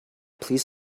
please